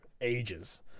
ages